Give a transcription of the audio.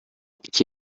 qui